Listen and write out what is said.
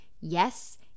yes